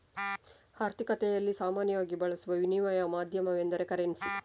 ಆರ್ಥಿಕತೆಗಳಲ್ಲಿ ಸಾಮಾನ್ಯವಾಗಿ ಬಳಸುವ ವಿನಿಮಯ ಮಾಧ್ಯಮವೆಂದರೆ ಕರೆನ್ಸಿ